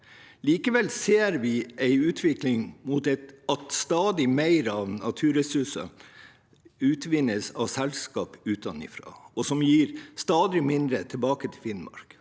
Likevel ser vi en utvikling mot at stadig mer av naturressursene utvinnes av selskaper utenfra som gir stadig mindre tilbake til Finnmark.